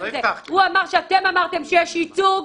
שאתם אמרתם שיש ייצוג